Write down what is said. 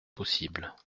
possibles